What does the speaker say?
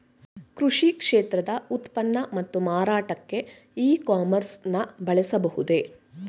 ಕೃಷಿ ಕ್ಷೇತ್ರದ ಉತ್ಪನ್ನ ಮತ್ತು ಮಾರಾಟಕ್ಕೆ ಇ ಕಾಮರ್ಸ್ ನ ಬಳಸಬಹುದೇ?